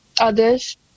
others